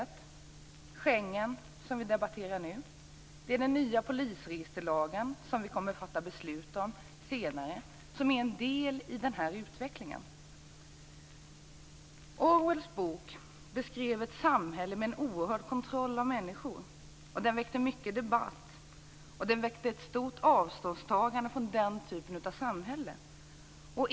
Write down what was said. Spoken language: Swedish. Det är Schengen, som vi debatterar nu. Det är den nya polisregisterlagen, som vi kommer att fatta beslut om senare, som är en del i den här utvecklingen. Orwells bok beskrev ett samhälle med en oerhörd kontroll av människor, och den väckte mycket debatt och ett stort avståndstagande från den typen av samhälle.